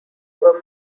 were